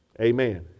Amen